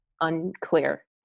Unclear